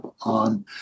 on